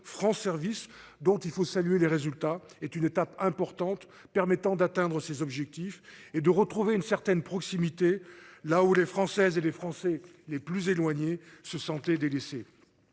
France services dont il faut saluer les résultats est une étape importante permettant d'atteindre ses objectifs et de retrouver une certaine proximité là où les Françaises et les Français les plus éloignés, se sentaient délaissés.